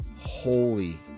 Holy